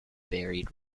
buried